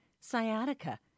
sciatica